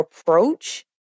approach